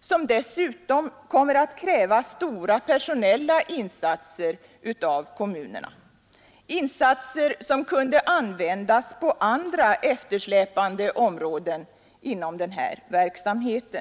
som dessutom kommer att kräva stora personella insatser från kommunernas sida — insatser som kunde användas på andra eftersläpande områden inom denna verksamhet.